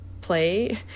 play